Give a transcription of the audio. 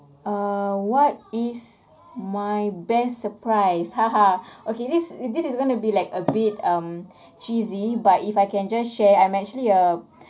err what is my best surprise okay this this is going to be like a bit um cheesy but if I can just share I'm actually a